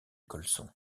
colson